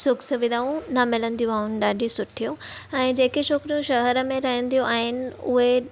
सुख सुविधाऊं न मिलंदियू आहिनि ॾाढियूं सुठियूं ऐं जेके छोकिरियूं शहरु में रहंदियूं आहिनि उहे